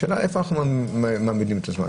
השאלה איפה אנחנו מעמידים את עצמנו.